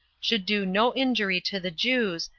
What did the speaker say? should do no injury to the jews,